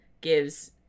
gives